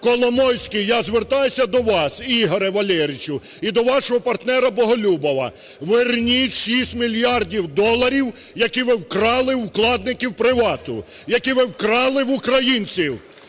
Коломойський, я звертаюся до вас, Ігоре Валерійовичу, і до вашого партнера Боголюбова, верніть 6 мільярдів доларів, які ви вкрали у вкладників "Привату", які ви вкрали в українців,